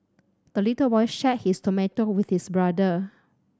the little boy shared his tomato with his brother